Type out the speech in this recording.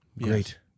great